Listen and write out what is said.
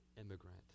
immigrant